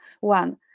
one